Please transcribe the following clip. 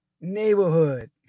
neighborhood